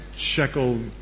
shekel